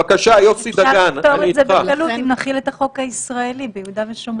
נוכל לפתור את זה בקלות אם נחיל את החוק הישראלי ביהודה ושומרון.